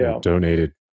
donated